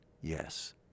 Yes